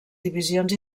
divisions